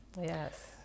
yes